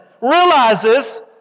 realizes